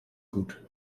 gut